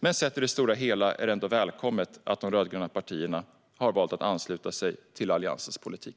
Sett till det stora hela är det ändå välkommet att de rödgröna partierna har valt att ansluta sig till Alliansens politik.